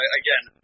again